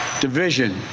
division